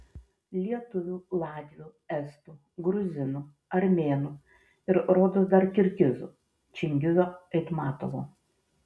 lietuvių latvių estų gruzinų armėnų ir rodos dar kirgizų čingizo aitmatovo